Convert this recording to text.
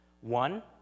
One